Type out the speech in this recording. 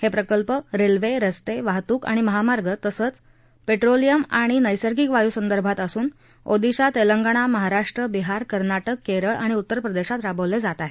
हे प्रकल्प रेल्वे रस्ते वाहतूक आणि महामार्ग तसंच पेट्रोलियम आणि नैसर्गिक वायू संदर्भात असून ओडिशा तेलगणा महाराष्ट्र बिहार कर्नाटक केरळ आणि उत्तरप्रदेशात राबविले जात आहेत